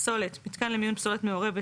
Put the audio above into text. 7. פסולת מיתקן למיון פסולת מעורבת,